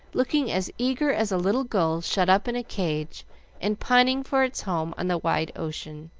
looking as eager as a little gull shut up in a cage and pining for its home on the wide ocean.